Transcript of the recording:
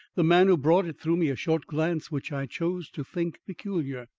the man who brought it threw me a short glance which i chose to think peculiar.